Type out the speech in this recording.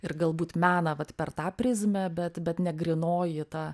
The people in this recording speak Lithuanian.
ir galbūt meną vat per tą prizmę bet bet ne grynoji ta